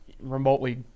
remotely